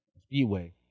Speedway